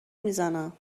میزنم